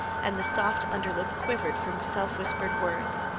and the soft under lip quivered from self-whispered words.